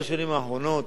הוא כאילו חוק-יסוד,